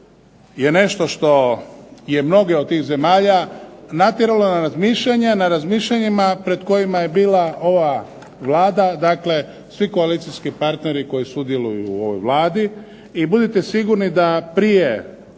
je nešto što je mnoge od tih zemalja natjerala na razmišljanje, na razmišljanjima pred kojima je bila ova Vlada, dakle svi koalicijski partneri koji sudjeluju u ovoj Vladi i budite sigurni da prije